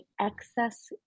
excess